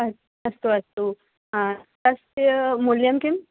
अस्तु अस्तु तस्य मूल्यं किं